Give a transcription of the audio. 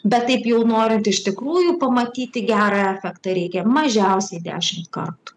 bet taip jau norint iš tikrųjų pamatyti gerą efektą reikia mažiausiai dešimt kartų